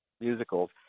musicals